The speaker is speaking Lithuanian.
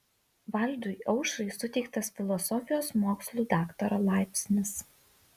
valdui aušrai suteiktas filosofijos mokslų daktaro laipsnis